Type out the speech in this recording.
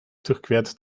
durchquert